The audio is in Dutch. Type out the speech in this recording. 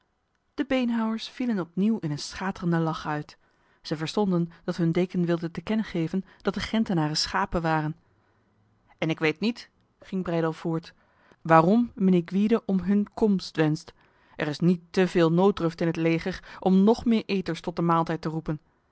de beenhouwers vielen opnieuw in een schaterende lach uit zij verstonden dat hun deken wilde te kennen geven dat de gentenaren schapen waren en ik weet niet ging breydel voort waarom mijnheer gwyde om hun komst wenst er is niet teveel nooddruft in het leger om nog meer eters tot de maaltijd te roepen